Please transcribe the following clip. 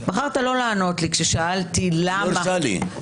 בחרת לא לענות לי לשאלתי --- הוא לא הרשה לי.